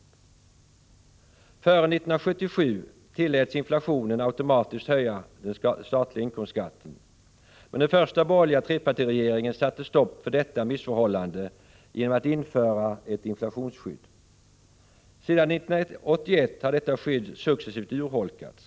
Före 1977 tilläts inflationen automatiskt höja den statliga inkomstskatten, men den första borgerliga trepartiregeringen satte stopp för detta missförhållande genom att införa ett inflationsskydd. Sedan 1981 har detta skydd successivt urholkats.